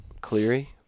Cleary